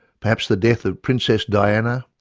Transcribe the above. perhaps the death of princess diana,